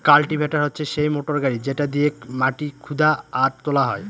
cultivator হচ্ছে সেই motor গাড়ি যেটা দিয়েক মাটি খুদা আর তোলা হয়